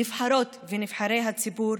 נבחרות ונבחרי הציבור,